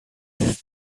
ist